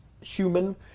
human